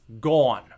gone